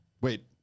Wait